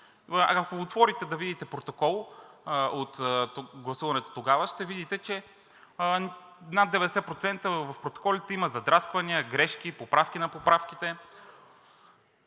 Ако отворите да видите протокол от гласуването тогава, ще видите, че в над 90% от протоколите има задрасквания, грешки, поправки на поправките.